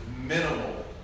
minimal